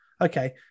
Okay